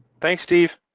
thanks, steve.